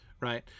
right